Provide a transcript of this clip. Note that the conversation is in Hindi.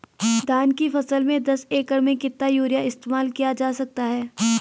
धान की फसल में दस एकड़ में कितना यूरिया इस्तेमाल किया जा सकता है?